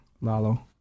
Lalo